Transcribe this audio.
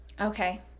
Okay